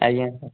ଆଜ୍ଞା ସାର୍